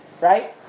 right